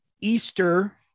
easter